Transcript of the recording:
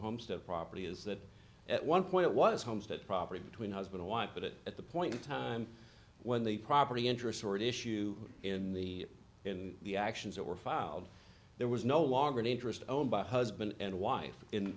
homestead property is that at one point it was homes that property between husband or wife but it at the point in time when the property interest or at issue in the in the actions that were filed there was no longer an interest owned by husband and wife in